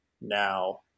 now